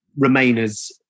Remainers